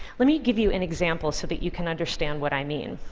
let me give you an example so that you can understand what i mean.